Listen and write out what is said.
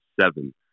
seven